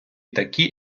такі